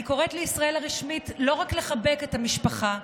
אני קוראת לישראל הרשמית לא רק לחבק את המשפחה,